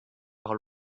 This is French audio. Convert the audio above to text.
par